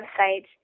website